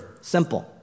Simple